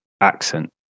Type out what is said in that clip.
accent